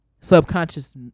subconscious